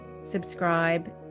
subscribe